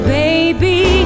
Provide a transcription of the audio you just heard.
baby